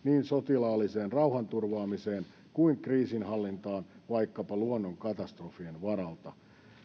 sotilaalliseen rauhanturvaamiseen kuin kriisinhallintaan vaikkapa luonnonkatastrofien varalta